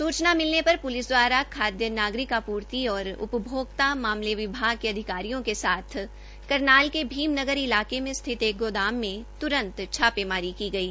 सूचना मिलने पर प्लिस दवारा खादय नागरिक आपूर्ति और उपभोक्ता मामले विभाग के अधिकारियों के साथ करनाल के भीम नगर इलाके में स्थित एक गोदाम में त्रंत छापामारी की गई